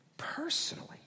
personally